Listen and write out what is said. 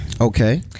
okay